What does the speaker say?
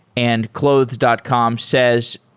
and clothes dot com says,